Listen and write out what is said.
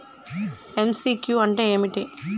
MCQ అంటే ఏమిటి?